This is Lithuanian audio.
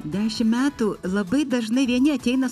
dešim metų labai dažnai vieni ateina